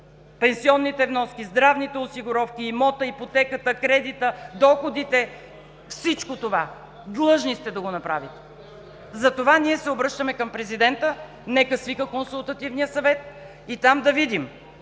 пенсионните вноски, здравните осигуровки, имота, ипотеката, кредита, доходите – всичко това. Длъжни сте да го направите! Затова ние се обръщаме към президента: нека свика Консултативния съвет и там да видим